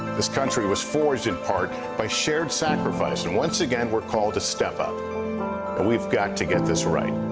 this country was forged in part by shared sacrifice and once again, we're called to step up, and we've got to get this right.